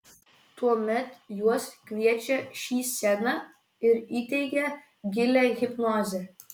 tuomet juos kviečia šį sceną ir įteigia gilią hipnozę